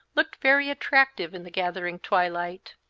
looked very attractive in the gathering twilight.